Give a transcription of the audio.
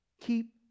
Keep